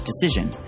decision